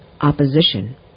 opposition